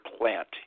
plant